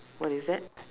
what is that